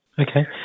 Okay